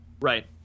Right